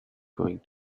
going